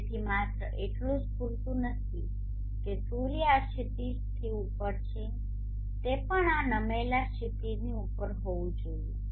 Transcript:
તેથી માત્ર એટલું જ પૂરતું નથી કે સૂર્ય આ ક્ષિતિજથી ઉપર છે તે પણ આ નમેલા ક્ષિતિજથી ઉપર હોવો જોઈએ